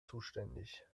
zuständig